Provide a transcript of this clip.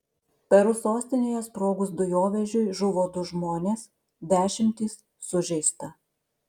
peru sostinėje sprogus dujovežiui žuvo du žmonės dešimtys sužeista